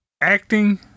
Acting